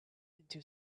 into